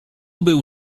był